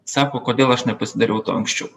sako kodėl aš nepasidariau to anksčiau